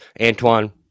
Antoine